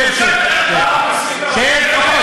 שב, שב.